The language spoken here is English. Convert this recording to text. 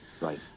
right